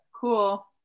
cool